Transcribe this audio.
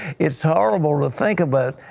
it is horrible to think about.